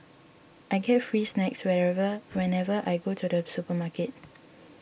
I get free snacks wherever whenever I go to the supermarket